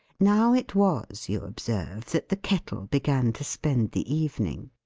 now it was, you observe, that the kettle began to spend the evening.